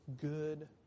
good